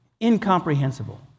incomprehensible